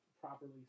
properly